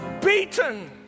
beaten